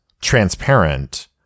transparent